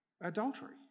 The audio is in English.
adultery